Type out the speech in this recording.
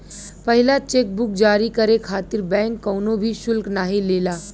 पहिला cheque book जारी करे खातिर बैंक कउनो भी शुल्क नाहीं लेला